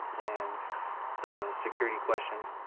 and the security questions,